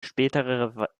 späterer